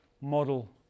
model